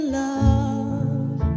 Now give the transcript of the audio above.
love